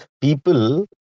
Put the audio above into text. people